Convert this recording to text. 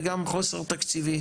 וגם חוסר תקציבי,